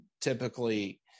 typically